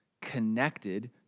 connected